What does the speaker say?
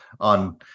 on